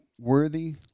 worthy